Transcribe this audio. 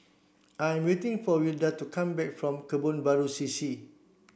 I'm waiting for Wilda to come back from Kebun Baru C C